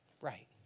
right